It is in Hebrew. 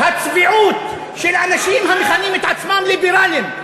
הצביעות של האנשים המכנים את עצמם ליברלים,